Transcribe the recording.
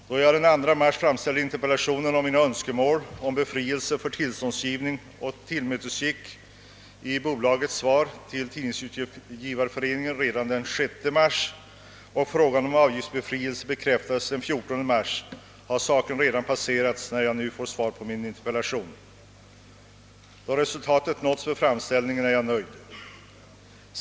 Då jag framställde min interpellation med önskemål om befrielse från tillståndsgivning den 2 mars, och mina önskningar tillmötesgicks i bolagets svar till Tidningsutgivareföreningen redan den 6 mars — och meddelande om avgiftsbefrielse bekräftades den 14 mars — är saken alltså redan avklarad när jag nu har fått svar på min interpellation. Eftersom resultat nu nåtts genom min framställning är jag nöjd.